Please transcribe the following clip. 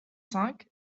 cinq